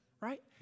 Right